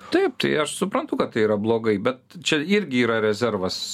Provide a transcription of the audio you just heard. taip tai aš suprantu kad tai yra blogai bet čia irgi yra rezervas